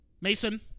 Mason